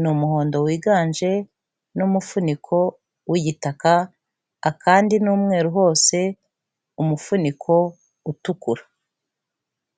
ni umuhondo wiganje n'umufuniko w'igitaka, akandi n'umweru hose, umufuniko utukura.